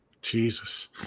Jesus